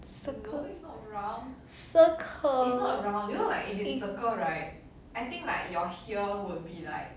circle circle